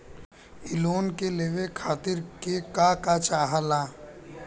इ लोन के लेवे खातीर के का का चाहा ला?